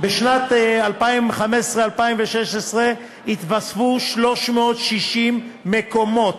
בשנת 2015/16 התווספו 360 מקומות.